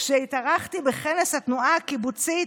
כשהתארחתי בכנס התנועה הקיבוצית,